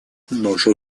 наша